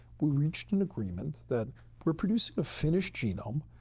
we reached an agreement that we're producing a finished genome.